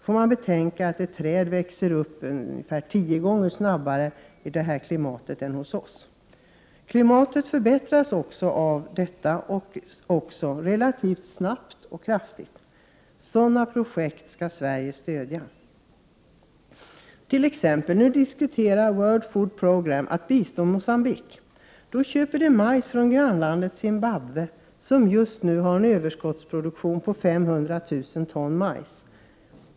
Man får betänka att träd växer upp ungefär 10 gånger snabbare i det klimatet än hos oss. Klimatet förbättras också relativt snabbt och kraftigt av detta. Sådana projekt skall Sverige stödja. Nu diskuterar WFP, World Food Program, att bistå Mogambique. Då köper de majs från grannlandet Zimbabwe, som just nu har en överskottsproduktion på 500 000 ton majs.